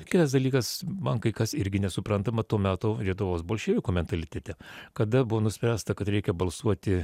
kitas dalykas man kai kas irgi nesuprantama to meto lietuvos bolševikų mentalitete kada buvo nuspręsta kad reikia balsuoti